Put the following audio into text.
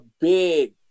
big